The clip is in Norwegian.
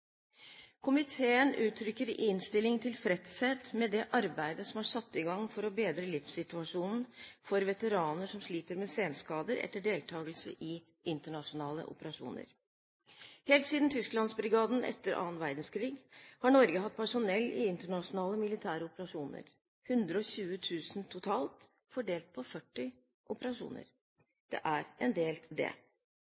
Komiteen uttrykker i innstillingen tilfredshet med det arbeidet som er satt i gang for å bedre livssituasjonen for veteraner som sliter med senskader etter deltakelse i internasjonale operasjoner. Helt siden Tysklandsbrigaden etter den annen verdenskrig har Norge hatt personell i internasjonale militære operasjoner – 120 000 totalt fordelt på 40 operasjoner.